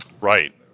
Right